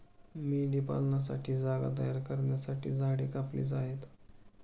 मेंढीपालनासाठी जागा तयार करण्यासाठी झाडे कापली जातात